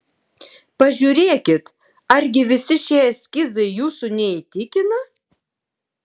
pažiūrėkit argi visi šie eskizai jūsų neįtikina